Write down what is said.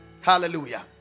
hallelujah